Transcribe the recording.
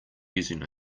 using